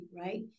right